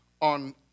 on